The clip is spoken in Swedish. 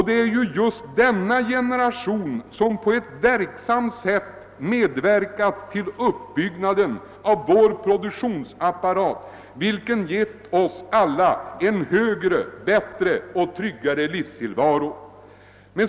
Det är just denna generation som på ett verksamt sätt bidragit till uppbyggnaden av vår produktionsapparat, vilken givit oss alla en bättre och tryggare tillvaro.